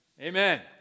Amen